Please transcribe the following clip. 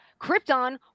Krypton